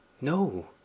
No